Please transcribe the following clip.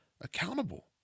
accountable